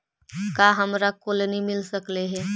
का हमरा कोलनी मिल सकले हे?